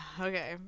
Okay